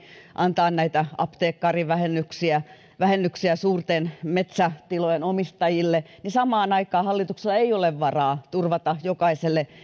antaa näitä apteekkarivähennyksiä ja vähennyksiä suurten metsätilojen omistajille mutta samaan aikaan hallituksella ei ole varaa turvata jokaiselle